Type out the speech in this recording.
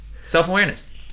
Self-awareness